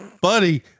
buddy